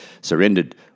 surrendered